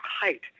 height